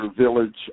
village